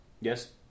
Yes